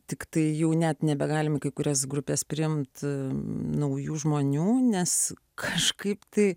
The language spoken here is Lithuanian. tiktai jų net nebegalime kai kurias grupes priimti naujų žmonių nes kažkaip tai